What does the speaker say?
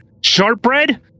Shortbread